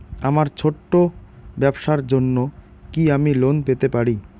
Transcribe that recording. আমার ছোট্ট ব্যাবসার জন্য কি আমি লোন পেতে পারি?